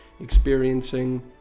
experiencing